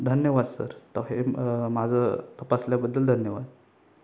धन्यवाद सर त हे माझं तपासल्याबद्दल धन्यवाद